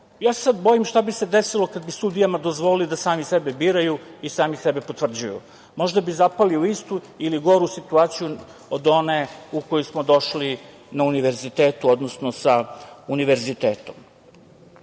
se sada bojim šta bi se desilo kada bi sudijama dozvolili da sami sebe biraju i sami sebe potvrđuju. Možda bi zapali u istu ili goru situaciju od one u kojoj smo došli sa univerzitetom. Naravno da najveći broj